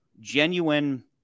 genuine